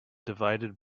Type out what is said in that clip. divided